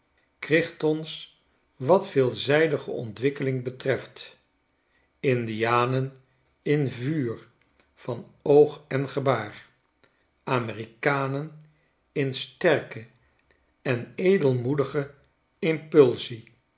crichton's wat veelzijdige ontwikkeling betreft indianen in vuur van oog en gebaar amerikanen in sterke en edelmoedige impulsie